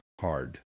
hard